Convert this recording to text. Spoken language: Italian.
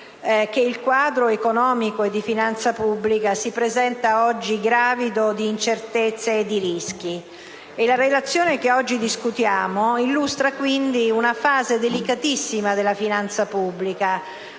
come il quadro economico e di finanza pubblica si presenti oggi gravido di incertezze e di rischi. La relazione che oggi discutiamo illustra quindi una fase delicatissima della finanza pubblica,